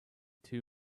two